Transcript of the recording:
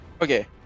Okay